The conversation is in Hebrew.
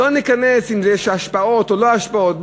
לא ניכנס אם יש השפעות או אין השפעות,